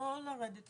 לא לרדת